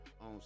on